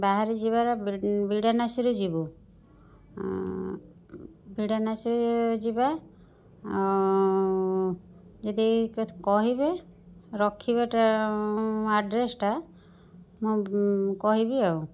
ବାହାରି ଯିବାର ବି ବିଡ଼ାନାସୀରୁ ଯିବୁ ବିଡ଼ାନାସୀ ଯିବା ଆଉ ଯଦି କହିବେ ରଖିବାଟା ଆଡ଼୍ରେସ୍ଟା ମୁଁ କହିବି ଆଉ